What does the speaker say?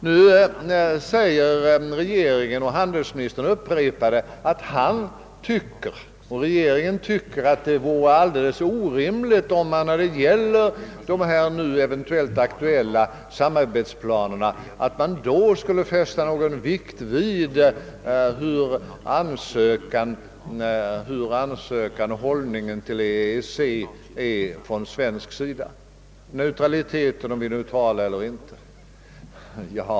Nu säger regeringen, och handelsministern upprepar det, att det vore alldeles orimligt om det när det gäller de eventuellt aktuella samarbetsplanerna skulle fästas någon vikt vid formen för vår ansökan till EEC och till om vi är neutrala eller inte.